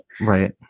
right